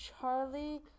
Charlie